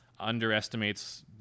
underestimates